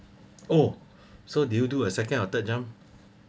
oh so do you do uh second or third jump